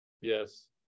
yes